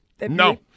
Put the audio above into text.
No